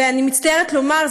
אני מצטערת לומר,